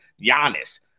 Giannis